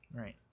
Right